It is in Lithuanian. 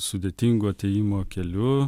sudėtingu atėjimo keliu